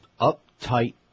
Uptight